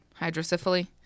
Hydrocephaly